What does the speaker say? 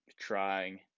trying